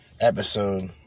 episode